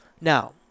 Now